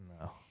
No